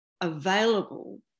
available